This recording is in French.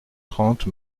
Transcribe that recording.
trente